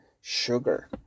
sugar